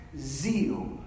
zeal